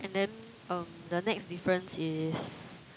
and then um the next difference is